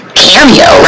cameo